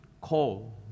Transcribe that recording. call